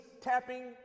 tapping